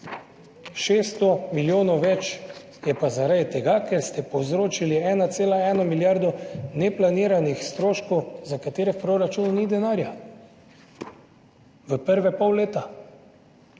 600 milijonov več je pa zaradi tega, ker ste povzročili za 1,1 milijardo neplaniranih stroškov, za katere v proračunu ni denarja v prvi polovici leta.